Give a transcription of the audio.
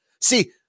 See